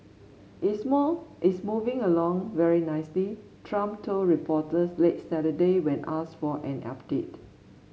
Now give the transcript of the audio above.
it's more it's moving along very nicely Trump told reporters late Saturday when asked for an update